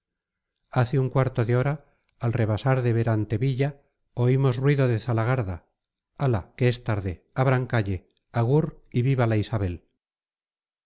hace un cuarto de hora al rebasar de berantevilla oímos ruido de zalagarda hala que es tarde abran calle agur y viva la isabel